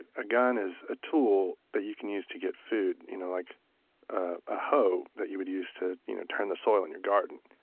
a gun is a tool that you can use to get food you know like the hoe that you would use to you know turn the soil in your garden.